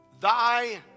thy